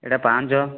ଏଇଟା ପାଞ୍ଚ